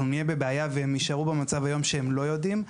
נהיה בבעיה והם יישארו במצב היום שהם לא יודעים.